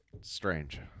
strange